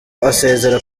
asezera